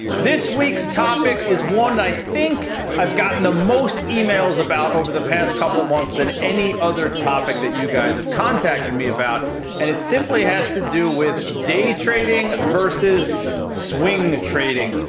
this week's topic is one i think i've gotten the most emails about over the past couple of months than any other topic that you guys have contacted me about. and it simply has to do with day trading versus swing trading.